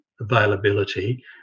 availability